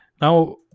now